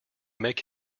make